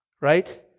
Right